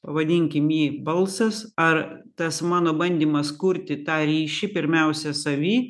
pavadinkim jį balsas ar tas mano bandymas kurti tą ryšį pirmiausia savy